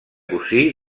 cosí